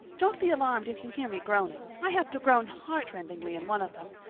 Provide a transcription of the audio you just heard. don't be alarmed if you hear me groaning. i have to groan heartrendingly in one of them,